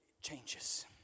changes